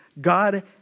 God